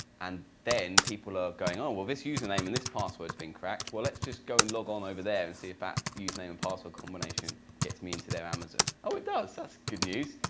and then people are going oh well this user name and this password's been cracked. well let's just go and log on over there and see if that username and password combination gets me into their amazon. oh it does? that's good news.